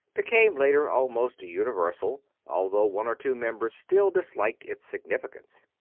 became later almost universal, although one or two members still disliked its significance.